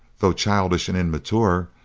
though childish and immature,